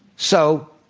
so,